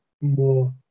more